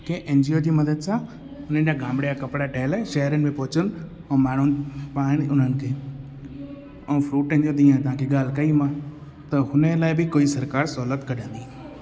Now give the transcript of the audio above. कि एनजीओ जी मदद सां उन्हनि जा गामिणे जा कपिड़ा ठहियल शहरनि में पहुचनि हू माण्हू पाइनि उन्हनि खे ऐं फ़्रूटनि जा जीअं तव्हांखे ॻाल्हि कई मां त हुननि लाइ बि कोई सरकार सहुलियत कढंदी